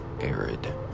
arid